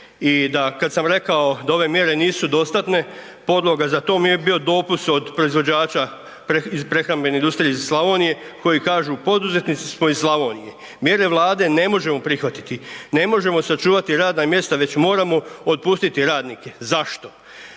da kad sam rekao da ove mjere nisu dostatne podloga za to mi je bio dopis od proizvođača iz prehrambene industrije iz Slavonije koji kažu, poduzetnici smo iz Slavonije, mjere Vlade ne možemo prihvatiti, ne možemo sačuvati radna mjesta već moramo otpustiti radnike. Zašto?